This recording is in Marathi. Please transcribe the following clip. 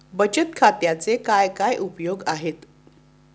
बचत खात्याचे काय काय उपयोग आहेत?